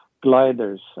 gliders